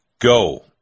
go